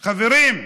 חברים,